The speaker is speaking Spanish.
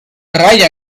raya